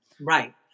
Right